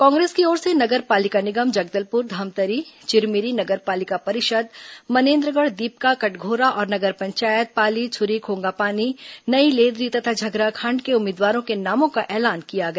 कांग्रेस की ओर से नगर पालिका निगम जगदलपुर धमतरी चिरमिरी नगर पालिका परिषद मनेन्द्रगढ़ दीपका कटघोरा और नगर पंचायत पाली छुरी खोंगापानी नईलेदरी तथा झगराखंड के उम्मीदवारों के नामों का ऐलान किया गया